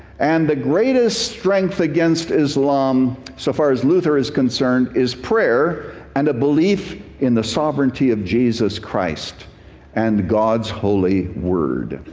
and the greatest strength against islam, so far as luther is concerned, is prayer and a belief in the sovereignty of jesus and god's holy word.